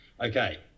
okay